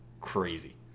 crazy